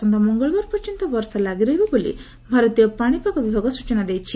ଆସନ୍ତା ମଙ୍ଗଳବାର ପର୍ଯ୍ୟନ୍ତ ବର୍ଷା ଲାଗିରହିବ ବୋଲି ଭାରତୀୟ ପାଣିପାଗ ବିଭାଗ ସ୍ଚଚନା ଦେଇଛି